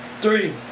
Three